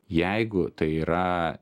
jeigu tai yra